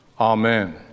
Amen